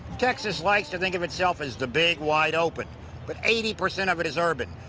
texas likes to think of itself as the big wide open but eighty percent of it is urban.